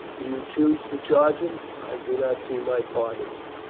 do you choose to charge him? i do not see my part in it.